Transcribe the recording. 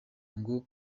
ngo